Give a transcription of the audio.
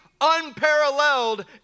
unparalleled